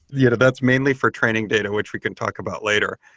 yeah, that's mainly for training data, which we can talk about later.